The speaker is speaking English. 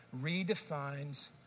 redefines